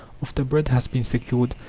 after bread has been secured,